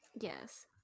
Yes